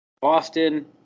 boston